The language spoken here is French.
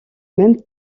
même